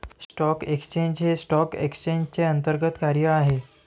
stock exchange हे stock एक्सचेंजचे अंतर्गत कार्य आहे